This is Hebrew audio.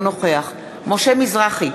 אינו נוכח משה מזרחי,